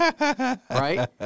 right